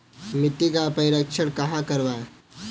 मिट्टी का परीक्षण कहाँ करवाएँ?